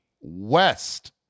west